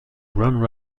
grand